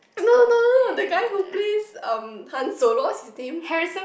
no no no no the guy who plays um Hans-Solo what's his name